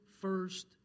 first